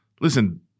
listen